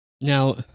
Now